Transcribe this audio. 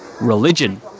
Religion